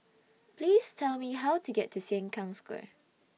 Please Tell Me How to get to Sengkang Square